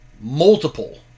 multiple